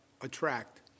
attract